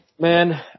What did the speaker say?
Man